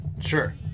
sure